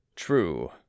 true